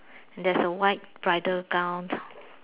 there's a white bridal gown